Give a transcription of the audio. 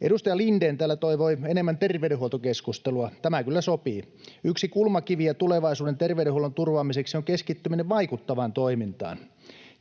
Edustaja Lindén täällä toivoi enemmän terveydenhuoltokeskustelua. Tämä kyllä sopii. Yksi kulmakivi tulevaisuuden terveydenhuollon turvaamiseksi on keskittyminen vaikuttavaan toimintaan.